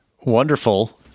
wonderful